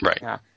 Right